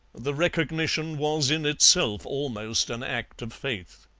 the recognition was in itself almost an act of faith.